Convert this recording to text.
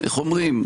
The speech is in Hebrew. איך אומרים?